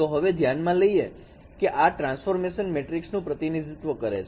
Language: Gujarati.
તો હવે ધ્યાનમાં લઇએ કે આ ટ્રાન્સફોર્મેશન મેટ્રિક્સ નું પ્રતિનિધિત્વ કરે છે